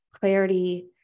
clarity